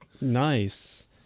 Nice